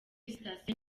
sitasiyo